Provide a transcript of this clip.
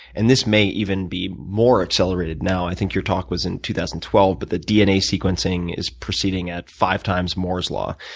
and this may even be more accelerated now. i think your talk was in two thousand and twelve. but the dna sequencing is proceeding at five-times moore's law.